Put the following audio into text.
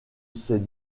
ces